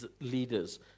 leaders